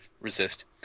resist